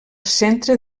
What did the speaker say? centre